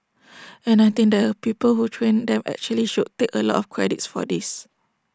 and I think the people who trained them actually should take A lot of credits for this